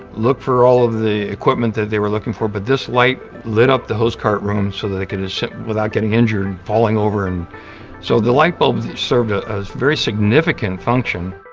look for all of the equipment that they were looking for, but this light lit up the hose cart room so that they could without getting injured and falling over. and so the light bulb served a very significant function.